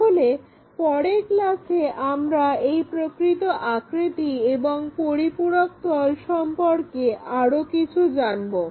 তাহলে পরের ক্লাসে আমরা এই প্রকৃত আকৃতি এবং পরিপূরক তল সম্পর্কে আরও কিছু জানবো